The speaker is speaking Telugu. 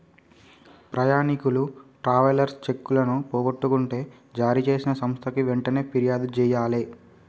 ప్రయాణీకులు ట్రావెలర్స్ చెక్కులను పోగొట్టుకుంటే జారీచేసిన సంస్థకి వెంటనే పిర్యాదు జెయ్యాలే